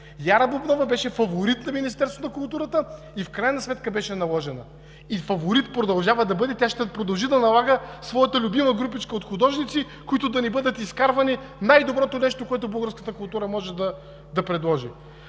Яра Бубнова беше фаворит на Министерството на културата и в крайна сметка беше наложена. И фаворит продължава бъде. И тя ще продължи да налага своята любима групичка от художници, които да ни бъдат изкарвани като най-доброто нещо, което българската култура може да предложи.